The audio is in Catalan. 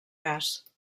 gas